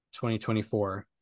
2024